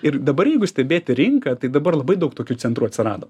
ir dabar jeigu stebėti rinką tai dabar labai daug tokių centrų atsirado